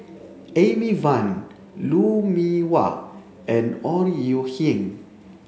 Amy Van Lou Mee Wah and Ore Huiying